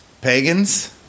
Pagans